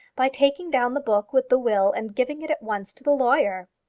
by taking down the book with the will and giving it at once to the lawyer!